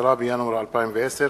10 בינואר 2010,